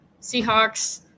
Seahawks